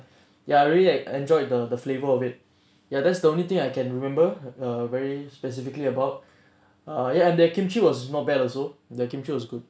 ya I really enjoyed the the flavor of it ya that's the only thing I can remember err very specifically about uh ya and their kimchi was not bad also their kimchi was good